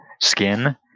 skin